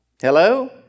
Hello